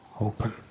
open